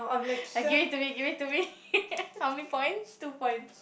give it to me give it to me how many points two points